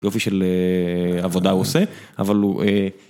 יופי של עבודה הוא עושה, אבל הוא...